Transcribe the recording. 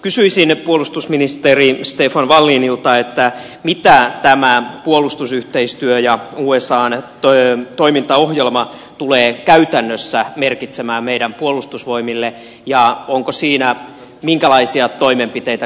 kysyisin puolustusministeri stefan wallinilta mitä tämä puolustusyhteistyö ja usan toimintaohjelma tulee käytännössä merkitsemään meidän puolustusvoimille ja onko siinä minkälaisia toimenpiteitä nyt lähiaikoina tulossa